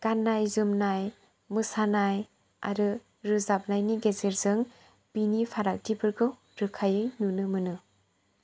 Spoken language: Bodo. गाननाय जोमनाय मोसानाय आरो रोजाबनायनि गेजेरजों बिनि फारागथिफोरखौ रोखायै नुनो मोनो